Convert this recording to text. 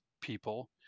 people